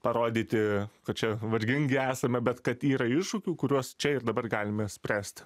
parodyti kad čia vargingi esame bet kad yra iššūkių kuriuos čia ir dabar galime spręsti